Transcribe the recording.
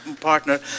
partner